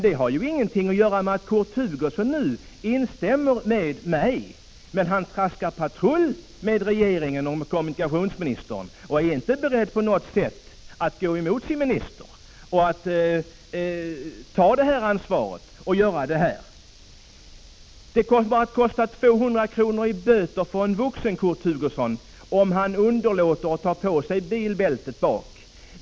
Det har dock ingenting att göra med att Kurt Hugosson nu instämmer med mig — men han traskar patrullo med regeringen och kommunikationsministern. Han är inte beredd att på något sätt gå emot sin minister och ta sitt ansvar och rösta för en lagstiftning i detta avseende. Det kommer att kosta 200 kr. i böter för en vuxen, Kurt Hugosson, om han underlåter att ta på sig bilbältet i baksätet.